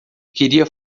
queria